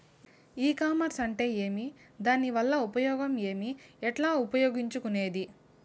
ఈ కామర్స్ అంటే ఏమి దానివల్ల ఉపయోగం ఏమి, ఎట్లా ఉపయోగించుకునేది?